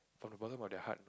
from the bottom of their heart